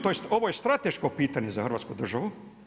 Tj. ovo je strateško pitanje za Hrvatsku državu.